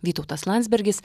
vytautas landsbergis